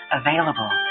available